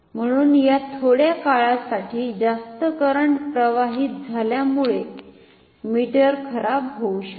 म्हणून या थोड्या काळासाठी जास्त करंट प्रवाहित झाल्यामुळे मीटर खराब होऊ शकते